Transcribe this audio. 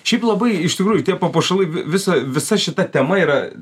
šiaip labai iš tikrųjų tie papuošalai visa visa šita tema yra